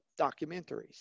documentaries